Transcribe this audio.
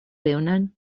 leonan